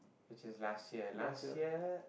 which is last year last year